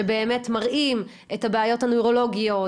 שבאמת מראים את הבעיות הנוירולוגיות,